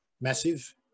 massive